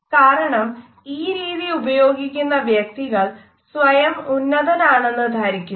കാരണം ഈ രീതി ഉപയോഗിക്കുന്ന വ്യക്തികൾ സ്വയം ഉന്നതനാണെന്ന് ധരിക്കുന്നു